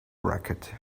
racket